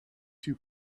too